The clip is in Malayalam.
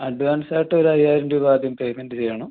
അഡ്വാൻസ് ആയിട്ട് ഒരു അയ്യായിരം രൂപ ആദ്യം പേമെൻ്റ് ചെയ്യണം